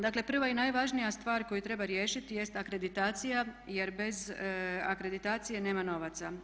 Dakle, prva i najvažnija stvar koju treba riješiti jest akreditacija, jer bez akreditacije nema novaca.